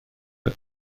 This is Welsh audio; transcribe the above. yng